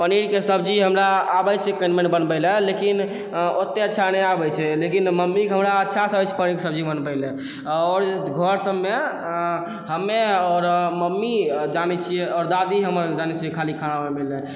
पनीरके सब्जी हमरा आबै छै कनि मनि बनबैलए लेकिन ओते अच्छा नहि आबै छै लेकिन मम्मीके हमरा अच्छासँ आबै छै पनीरके सब्जी बनबैलए आओर घर सबमे हमे आओर मम्मी जानै छिए आओर दादी हमर जानै छै खाली खाना बनबैलए